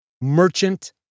Merchant